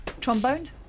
Trombone